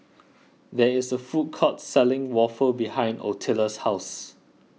there is a food court selling Waffle behind Ottilia's house